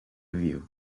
view